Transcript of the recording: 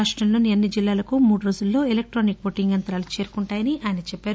రాష్టంలోని అన్ని జిల్లాలకు మూడు రోజుల్లో ఎలక్తానిక్ ఓటింగ్ యంతాలు చేరుకుంటాయని చెప్పారు